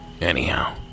Anyhow